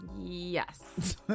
yes